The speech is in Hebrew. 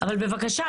אבל בבקשה,